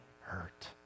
hurt